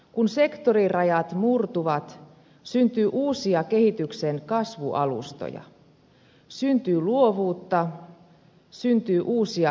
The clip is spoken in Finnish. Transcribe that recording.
kun sektorirajat murtuvat syntyy uusia kehityksen kasvualustoja syntyy luovuutta syntyy uusia innovaatioita